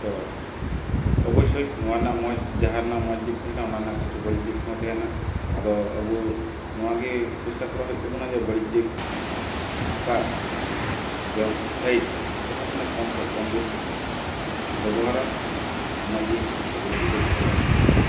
ᱛᱚ ᱚᱵᱚᱥᱥᱚᱭ ᱱᱚᱣᱟ ᱨᱮᱱᱟᱜ ᱢᱚᱡᱽ ᱡᱟᱦᱟᱸ ᱨᱮᱱᱟᱜ ᱢᱚᱡᱽ ᱫᱤᱠ ᱛᱟᱦᱮᱱᱟ ᱚᱱᱟ ᱨᱮᱱᱟᱜ ᱠᱤᱪᱷᱩ ᱵᱟᱹᱲᱤᱡ ᱫᱤᱠ ᱦᱚᱸ ᱛᱟᱦᱮᱱᱟ ᱟᱫᱚ ᱟᱵᱚ ᱱᱚᱣᱟ ᱜᱮ ᱪᱮᱥᱴᱟ ᱠᱚᱨᱟᱣ ᱦᱩᱭᱩᱜ ᱛᱟᱵᱚᱱᱟ ᱡᱟ ᱵᱟᱹᱲᱤᱡ ᱫᱤᱠᱟᱜ ᱵᱮᱵᱽᱥᱟᱭᱤᱴ ᱡᱟᱦᱟᱸ ᱛᱤᱱᱟᱹᱜ ᱠᱚᱢ ᱠᱷᱚᱱ ᱠᱚᱢ ᱵᱚᱱ ᱵᱮᱵᱚᱦᱟᱨᱟ ᱩᱱᱟᱹᱜ ᱜᱮ ᱟᱵᱚ ᱞᱟᱹᱜᱤᱫ ᱫᱚ ᱱᱟᱯᱟᱭᱚᱜᱼᱟ